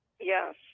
Yes